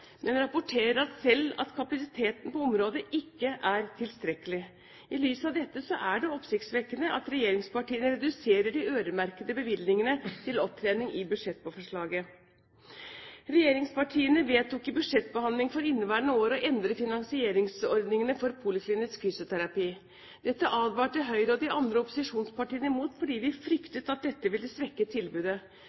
men rapporterer selv at kapasiteten på området ikke er tilstrekkelig. I lys av dette er det oppsiktsvekkende at regjeringspartiene reduserer de øremerkede bevilgningene til opptrening i budsjettforslaget. Regjeringspartiene vedtok i budsjettbehandlingen for inneværende år å endre finansieringsordningene for poliklinisk fysioterapi. Dette advarte Høyre og de andre opposisjonspartiene mot, fordi de fryktet at dette ville svekke tilbudet.